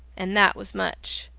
and that was much.